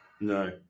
No